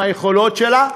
עם היכולות שלה,